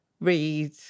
read